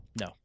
No